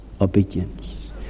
Obedience